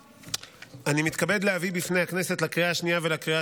אני מתכבד להביא בפני הכנסת לקריאה השנייה ולקריאה